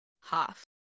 Half